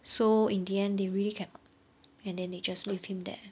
so in the end they really cannot and then they just leave him there